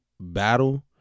battle